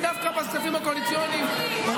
והייתי מקצץ לרשויות הערביות, לא.